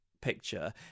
picture